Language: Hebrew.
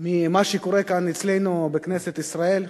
ממה שקורה כאן, אצלנו, בכנסת ישראל,